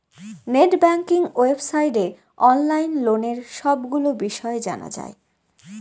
net banking ওয়েবসাইটে online লোনের সবগুলো বিষয় জানা যায়